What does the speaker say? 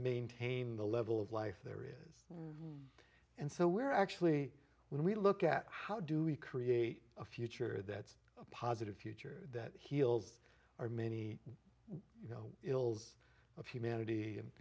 maintain the level of life there is and so we're actually when we look at how do we create a future that's a positive future that heals or many you know ills of humanity